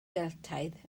geltaidd